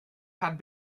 had